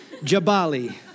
Jabali